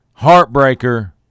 heartbreaker